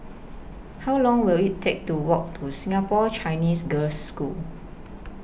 How Long Will IT Take to Walk to Singapore Chinese Girls' School